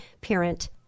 parent